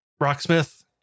Rocksmith